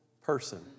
person